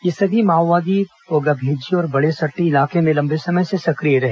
ये सभी माओवादी पोग्गाभेज्जी और बड़ेसट्टी इलाके में लंबे समय से सक्रिय रहे